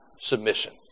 submission